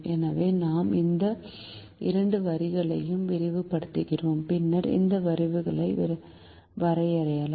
எனவே நாம் இந்த இரண்டு வரிகளையும் விரிவுபடுத்துகிறோம் பின்னர் இந்த வரிகளையும் வரையலாம்